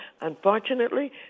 Unfortunately